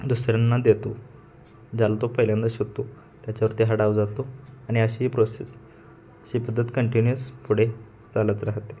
दुसऱ्यांना देतो ज्याला तो पहिल्यांदा शोधतो त्याच्यावरती हा डाव जातो आणि अशी प्रोसेस अशी पद्धत कंटिन्यूअस पुढे चालत राहते